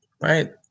Right